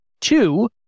Two